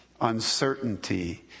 uncertainty